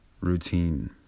routine